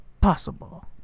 possible